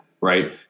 Right